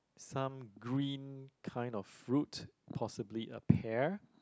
some green kind of fruit possibly a pear